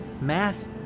math